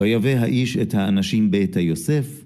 ויבא האיש את האנשים ביתה יוסף.